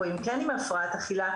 או אם כן עם הפרעת אכילה,